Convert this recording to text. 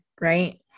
right